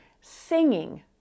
singing